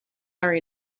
our